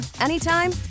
anytime